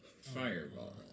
Fireball